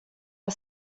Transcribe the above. are